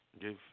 give